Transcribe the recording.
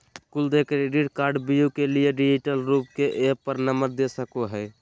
कुल देय क्रेडिट कार्डव्यू के लिए डिजिटल रूप के ऐप पर नंबर दे सको हइ